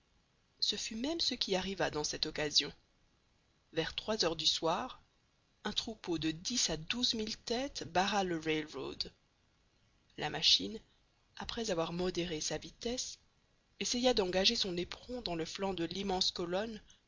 ce fut même ce qui arriva dans cette occasion vers trois heures du soir un troupeau de dix à douze mille têtes barra le rail road la machine après avoir modéré sa vitesse essaya d'engager son éperon dans le flanc de l'immense colonne